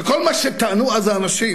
וכל מה שטענו אז האנשים,